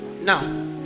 Now